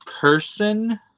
person